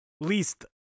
Least